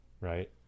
right